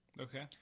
Okay